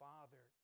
Father